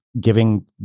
giving